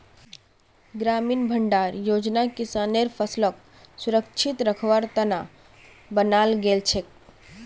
ग्रामीण भंडारण योजना किसानेर फसलक सुरक्षित रखवार त न बनाल गेल छेक